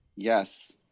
Yes